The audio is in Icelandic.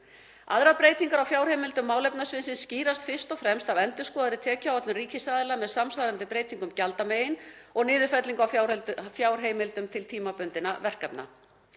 Aðrar breytingar á fjárheimildum málefnasviðsins skýrast fyrst og fremst af endurskoðaðri tekjuáætlun ríkisaðila með samsvarandi breytingum gjaldamegin og niðurfellingu á fjárheimildum til tímabundinna verkefna.